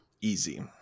Easy